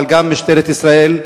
אבל גם משטרת ישראל,